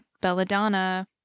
Belladonna